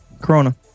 Corona